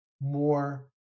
more